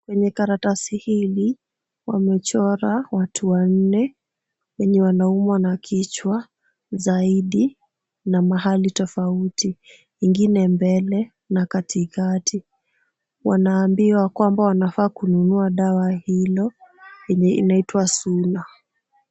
Kwenye karatasi hili wamechora watu wanne wenye wenye wanaumwa na kichwa zaidi na mahali tofauti, ingine mbele na katikati . Wanaambiwa kwamba wanafaa kununua dawa hilo yenye inaitwa suna.